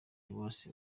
bose